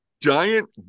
giant